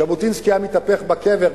ז'בוטינסקי היה מתהפך בקבר.